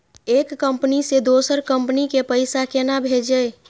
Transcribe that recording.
एक कंपनी से दोसर कंपनी के पैसा केना भेजये?